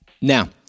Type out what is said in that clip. Now